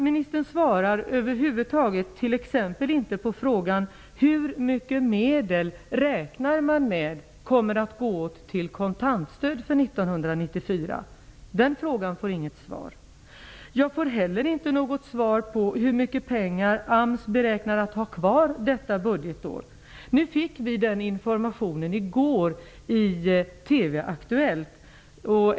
Ministern svarar över huvud taget inte på t.ex. frågan hur mycket pengar man räknar med att det kommer att gå åt till kontantstöd för 1994. Jag får inte heller något svar på frågan hur mycket pengar AMS beräknar att ha kvar detta budgetår. Vi fick den informationen i Aktuellt i TV i går.